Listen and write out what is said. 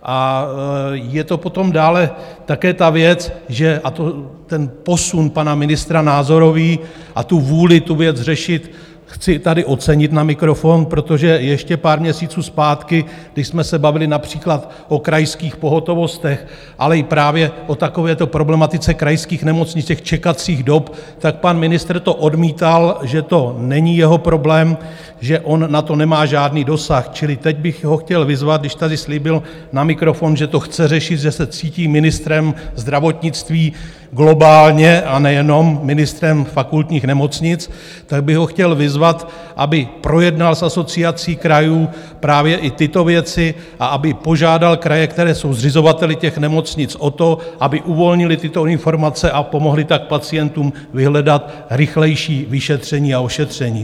A je to potom dále také ta věc, že a to ten posun pana ministra názorový a vůli tu věc řešit chci tady ocenit na mikrofon, protože ještě pár měsíců zpátky, když jsme se bavili například o krajských pohotovostech, ale i právě o takovéto problematice krajských nemocnic, těch čekacích dob, pan ministr to odmítal, že to není jeho problém, že on na to nemá žádný dosah čili teď bych ho chtěl vyzvat, když tady slíbil na mikrofon, že to chce řešit, že se cítí ministrem zdravotnictví globálně, a nejenom ministrem fakultních nemocnic, tak by ho chtěl vyzvat, aby projednal s Asociací krajů právě i tyto věci a aby požádal kraje, které jsou zřizovateli těch nemocnic, o to, aby uvolnily tyto informace a pomohly tak pacientům vyhledat rychlejší vyšetření a ošetření.